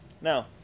now